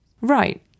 Right